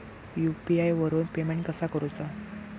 UPI वरून payment कसा करूचा?